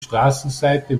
straßenseite